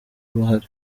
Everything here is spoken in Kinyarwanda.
uruhare